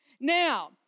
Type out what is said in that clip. Now